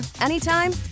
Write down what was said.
anytime